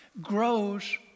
grows